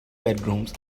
bedrooms